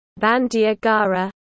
Bandiagara